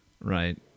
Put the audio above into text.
Right